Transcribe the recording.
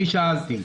אני שאלתי.